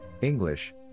English